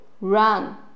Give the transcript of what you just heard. run